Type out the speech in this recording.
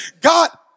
God